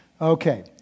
Okay